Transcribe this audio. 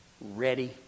ready